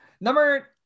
number